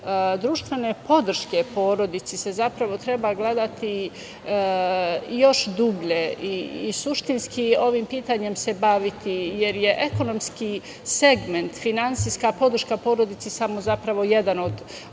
društvene podrške porodici se zapravo treba gledati još dublje i suštinski se ovim pitanjem baviti, jer je ekonomski segment, finansijska podrška porodici samo jedan od